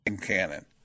cannon